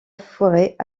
forêt